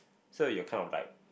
so you're kind of like